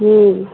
ହୁଁ